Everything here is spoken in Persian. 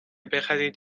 بخرید